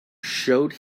showed